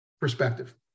perspective